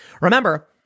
Remember